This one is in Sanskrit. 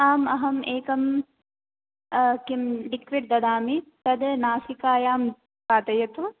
आम् अहम् एकं किं लिक्विड् ददामि तद् नासिकायां पातयतु